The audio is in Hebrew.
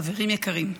חברים יקרים,